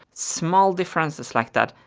small differences like that,